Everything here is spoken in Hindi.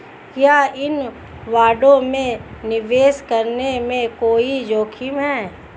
क्या इन बॉन्डों में निवेश करने में कोई जोखिम है?